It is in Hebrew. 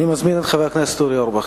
אני מזמין את חבר הכנסת אורי אורבך.